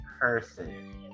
person